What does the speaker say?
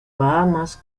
bahamas